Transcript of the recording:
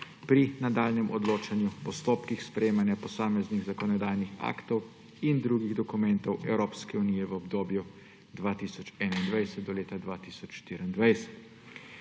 pri nadaljnjem odločanju o postopkih sprejemanja posameznih zakonodajnih aktov in drugih dokumentov Evropske unije v obdobju 2021–2024.